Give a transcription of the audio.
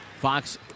Fox